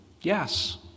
Yes